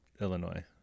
Illinois